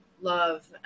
love